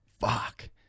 Fuck